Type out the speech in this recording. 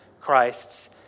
Christ's